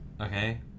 Okay